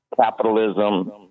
capitalism